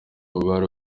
ubara